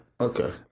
Okay